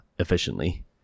efficiently